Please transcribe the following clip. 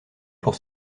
pour